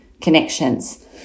connections